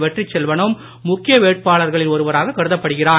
வெற்றிச்செல்வனும் முக்கிய வேட்பாளர்களில் ஒருவராகக் கருதப் படுகிறார்